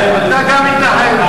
גם אתה מתנחל.